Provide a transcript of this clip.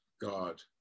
God